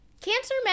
Cancer